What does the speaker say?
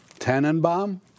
Tannenbaum